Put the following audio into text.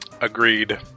Agreed